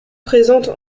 présentes